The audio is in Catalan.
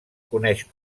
coneix